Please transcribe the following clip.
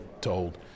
told